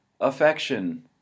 affection